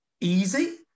easy